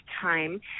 time